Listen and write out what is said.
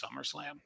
SummerSlam